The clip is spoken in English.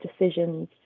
decisions